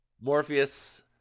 Morpheus